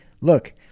look